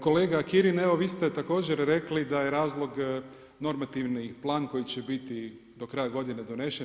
Kolega Kirin, evo vi ste također rekli da je razlog normativni plan koji će biti do kraja godine donesen.